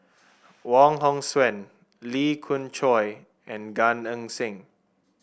Wong Hong Suen Lee Khoon Choy and Gan Eng Seng